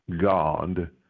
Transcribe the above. God